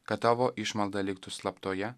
kad tavo išmalda liktų slaptoje